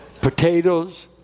Potatoes